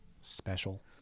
special